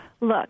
look